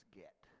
get